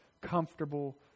comfortable